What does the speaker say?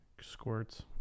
squirts